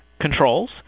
controls